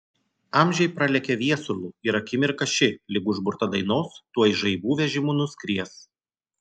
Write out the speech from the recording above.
amžiai pralekia viesulu ir akimirka ši lyg užburta dainos tuoj žaibų vežimu nuskries